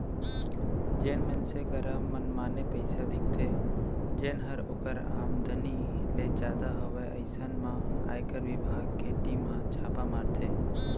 जेन मनसे करा मनमाने पइसा दिखथे जेनहर ओकर आमदनी ले जादा हवय अइसन म आयकर बिभाग के टीम हर छापा मारथे